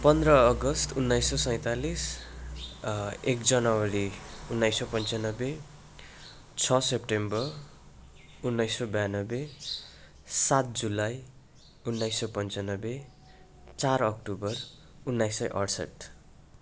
पन्ध्र अगस्त उन्नाइस सय सैँतालिस एक जनवरी उन्नाइस सय पन्चानब्बे छ सेप्टेम्बर उन्नाइस सय बयानब्बे सात जुलाई उन्नाइस सय पन्चानब्बे चार अक्टोबर उन्नाइस सय अठसट्ठ